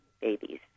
babies